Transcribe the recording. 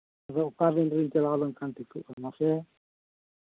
ᱟᱫᱚ ᱚᱠᱟ ᱫᱤᱱ ᱨᱤᱧ ᱪᱟᱞᱟᱣ ᱞᱮᱱᱠᱷᱟᱱ ᱴᱷᱤᱠᱚᱜᱼᱟ ᱢᱟᱥᱮ